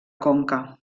conca